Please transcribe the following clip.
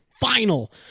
final